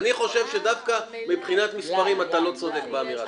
אני חושב שדווקא מבחינת מספרים אתה לא צודק באמירה שלך.